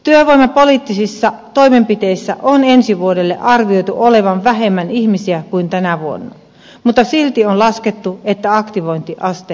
työvoimapoliittisissa toimenpiteissä on ensi vuodelle arvioitu olevan vähemmän ihmisiä kuin tänä vuonna mutta silti on laskettu että aktivointiaste nousisi